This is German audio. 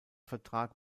vertrag